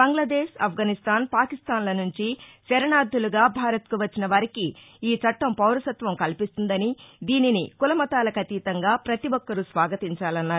బంగ్లాదేశ్ అఫ్గొనిస్టాన్ పాకిస్టాన్ల నుంచి శరణార్దులుగా భారత్ కు వచ్చిన వారికి ఈచట్టం పౌరసత్వం కల్పిస్తుందనిదీనిని కుల మతాలకతీతంగా పతి ఒక్కరూ స్వాగతించాలన్నారు